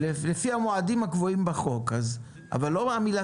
לפי המועדים הקבועים בחוק אבל לא המילה